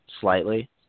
slightly